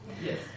Yes